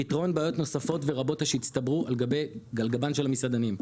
פתרון בעיות נוספות ורבות שהצטברו על גבם של המסעדנים,